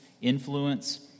influence